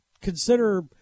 consider